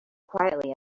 quietly